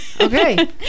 Okay